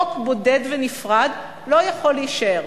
כחוק בודד ונפרד, לא יכול להישאר.